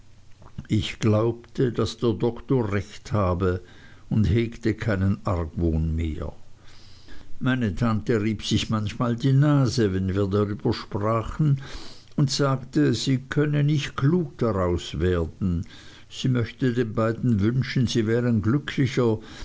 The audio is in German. ich glaubte daß der doktor recht habe und hegte keinen argwohn mehr meine tante rieb sich manchmal die nase wenn wir darüber sprachen und sagte sie könnte nicht klug daraus werden sie möchte den beiden wünschen sie wären glücklicher